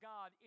God